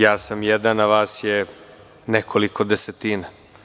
Ja sam jedan, a vas je nekoliko desetina.